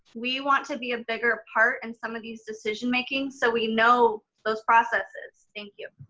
we want to be a bigger part in some of these decision making. so we know those processes, thank you.